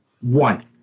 One